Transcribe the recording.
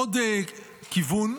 עוד כיוון,